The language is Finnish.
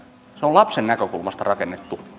järjestelmä on lapsen näkökulmasta rakennettu